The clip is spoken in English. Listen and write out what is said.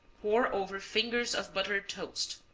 pour over fingers of buttered toast.